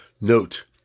note